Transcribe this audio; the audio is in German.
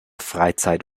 freizeit